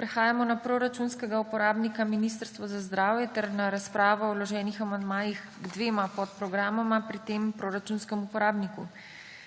Prehajamo na proračunskega uporabnika Ministrstvo za zdravje ter na razpravo o vloženih amandmajih k dvema podprogramoma pri tem proračunskem uporabniku.